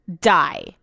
Die